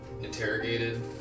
interrogated